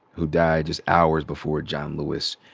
who died just hours before john lewis.